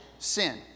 Sin